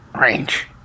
range